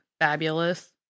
fabulous